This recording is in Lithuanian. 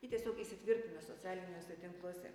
ji tiesiog įsitvirtina socialiniuose tinkluose